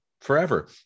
forever